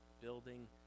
building